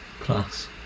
class